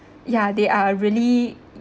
ya they are really